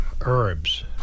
herbs